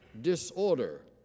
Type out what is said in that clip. disorder